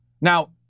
Now